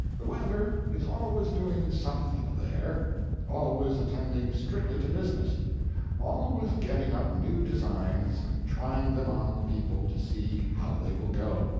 the weather is always doing something there always attending strictly to business always getting up new designs and trying them on the people to see how they will go.